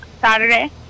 Saturday